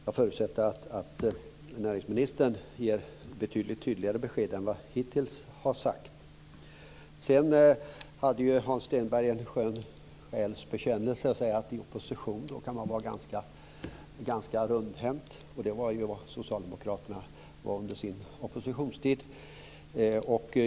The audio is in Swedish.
Jag förutsätter att näringsministern kommer att lämna betydligt klarare besked än vad han hittills har gjort. Hans Stenberg gav vidare en skön själs bekännelse när han sade att man i opposition kan vara ganska rundhänt. Det var socialdemokraterna också under sin oppositionstid.